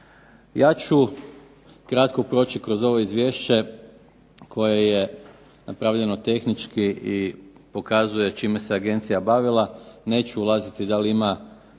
Ja ću kratko proći kroz ovo izvješće koje je napravljeno tehnički i pokazuje čime se agencija bavila. Neću ulaziti da li ima